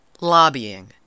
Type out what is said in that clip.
Lobbying